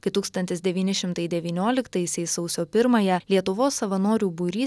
kai tūkstantis devyni šimtai devynioliktaisiais sausio pirmąją lietuvos savanorių būrys